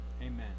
Amen